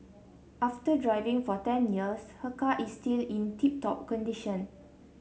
after driving for ten years her car is still in tip top condition